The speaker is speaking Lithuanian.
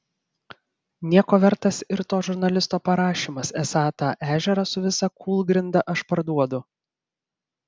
nieko vertas ir to žurnalisto parašymas esą tą ežerą su visa kūlgrinda aš parduodu